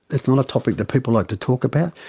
it's not a topic that people like to talk about.